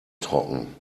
trocken